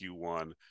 Q1